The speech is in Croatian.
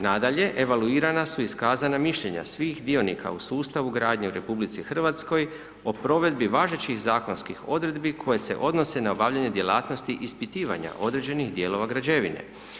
Nadalje, evaluirana su iskazana mišljenja svih dionika u sustavu gradnje u RH o provedbi važećih zakonskih odredbi koje se odnose na obavljanje djelatnosti ispitivanja određenih dijelova građevine.